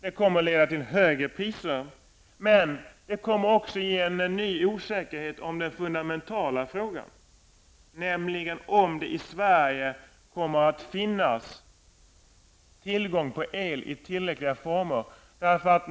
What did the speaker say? Det kommer att leda till högre priser. Det kommer också att ge en ny osäkerhet om den fundamentala frågan, nämligen om det i Sverige kommer att finnas tillgång på el i tillräcklig omfattning.